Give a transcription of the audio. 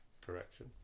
correction